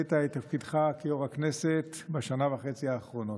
מילאת את תפקידך כיו"ר הכנסת בשנה וחצי האחרונות.